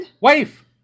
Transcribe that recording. Wife